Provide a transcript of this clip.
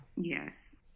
yes